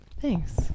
Thanks